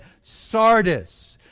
Sardis